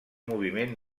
moviment